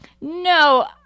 No